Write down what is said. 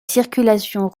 circulation